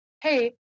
Hey